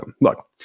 Look